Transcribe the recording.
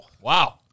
Wow